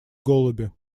голуби